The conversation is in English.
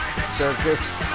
Circus